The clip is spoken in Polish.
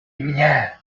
mnie